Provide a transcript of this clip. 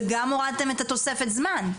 וגם הורדתם את תוספת זמן.